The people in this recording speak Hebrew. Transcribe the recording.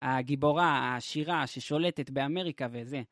הגיבורה העשירה ששולטת באמריקה וזה.